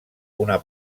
una